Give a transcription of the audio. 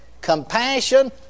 compassion